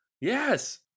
Yes